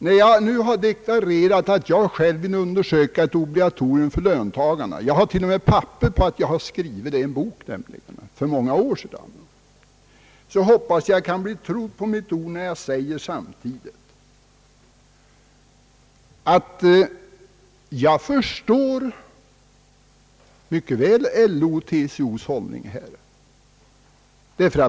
När jag nu har deklarerat att jag själv vill undersöka ett obligatorium för löntagarna — jag har till och med papper på det, ty jag har skrivit det i en bok för många år sedan — hoppas jag att jag kan bli trodd på mitt ord när jag samtidigt säger, att jag förstår mycket väl LO:s och TCO:s hållning i denna fråga.